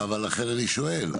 אבל לכן אני שואל,